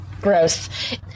Gross